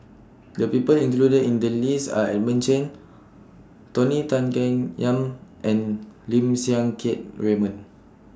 The People included in The list Are Edmund Chen Tony Tan Keng Yam and Lim Siang Keat Raymond